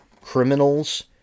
criminals